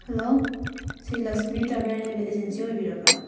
hello ꯁꯤ Lakshmi travel agency ꯑꯣꯏꯕꯤꯔꯕ꯭ꯔꯥ